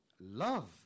love